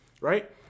right